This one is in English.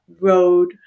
road